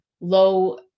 low